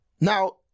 Now